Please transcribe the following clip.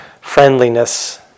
friendliness